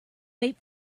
wait